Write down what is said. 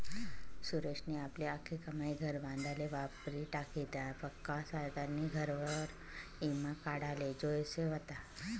सुरेशनी आपली आख्खी कमाई घर बांधाले वापरी टाकी, त्यानापक्सा त्यानी घरवर ईमा काढाले जोयजे व्हता